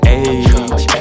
age